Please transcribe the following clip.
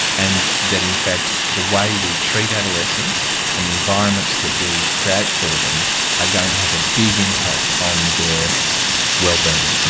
and that in fact the way we treat adolescents and the environments that we create for them are going to have a big impact on their well